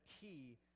key